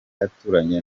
aturanye